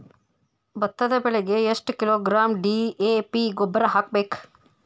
ಭತ್ತದ ಬೆಳಿಗೆ ಎಷ್ಟ ಕಿಲೋಗ್ರಾಂ ಡಿ.ಎ.ಪಿ ಗೊಬ್ಬರ ಹಾಕ್ಬೇಕ?